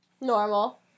Normal